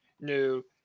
new